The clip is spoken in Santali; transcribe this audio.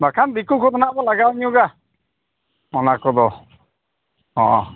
ᱵᱟᱠᱷᱟᱱ ᱫᱤᱠᱩ ᱠᱚᱜᱮ ᱦᱟᱜ ᱵᱚᱱ ᱞᱟᱜᱟᱣ ᱧᱚᱜᱟ ᱚᱱᱟ ᱠᱚᱫᱚ ᱦᱚᱸ